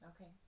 Okay